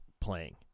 playing